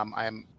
um i'm